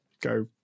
go